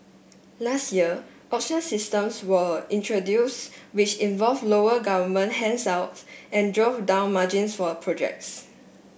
last year auction systems were introduced which involved lower government handouts and drove down margins for projects